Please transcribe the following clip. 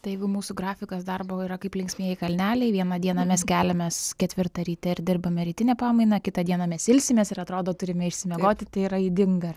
tai jeigu mūsų grafikas darbo yra kaip linksmieji kalneliai vieną dieną mes keliamės ketvirtą ryte ir dirbame rytinę pamainą kitą dieną mes ilsimės ir atrodo turime išsimiegoti tai yra ydinga